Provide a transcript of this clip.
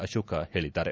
ಅಶೋಕ ಹೇಳಿದ್ದಾರೆ